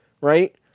right